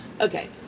okay